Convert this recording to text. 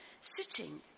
sitting